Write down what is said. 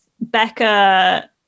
Becca